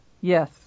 Yes